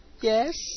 yes